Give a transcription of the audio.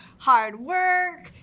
hard work,